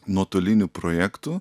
nuotoliniu projektu